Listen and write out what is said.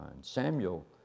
Samuel